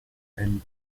and